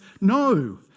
no